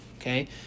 okay